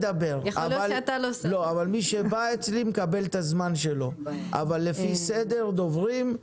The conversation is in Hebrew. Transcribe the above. שבא אצלי מקבל את הזמן שלו, אבל לפי סדר דוברים.